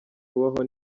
kubaho